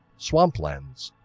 swamplands,